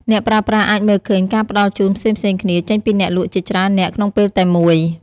អ្នកប្រើប្រាស់អាចមើលឃើញការផ្តល់ជូនផ្សេងៗគ្នាចេញពីអ្នកលក់ជាច្រើននាក់ក្នុងពេលតែមួយ។